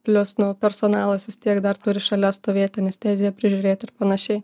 plius nu personalas vis tiek dar turi šalia stovėti anesteziją prižiūrėt ir panašiai